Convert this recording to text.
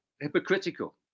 hypocritical